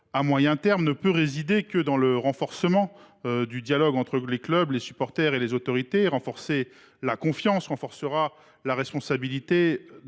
à moyen terme ne peut résider que dans le renforcement du dialogue entre les clubs, les supporters et les autorités publiques. Développer la confiance renforcera la responsabilité